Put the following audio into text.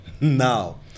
now